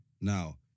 Now